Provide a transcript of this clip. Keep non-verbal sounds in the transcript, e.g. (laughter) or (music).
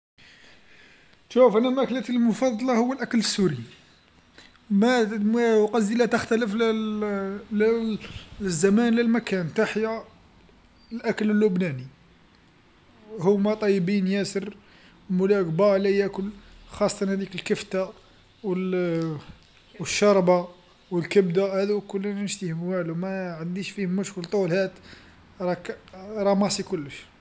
شوف أنا ماكلتي المفضله هو الأكل السوري، ما- ما وقصدي لا تختلف (unintelligible) للزمان للمكان، تحيا الأكل اللبناني، هوما طيبين ياسر، مولاي قباله ياكل، خاصة هاديك الكفته و (hesitation) والشربه والكبده، هاذو الكل أنا نشتهيهم والو ما عنديش فيه مشكل طول هاد راك (unintelligible) كلش.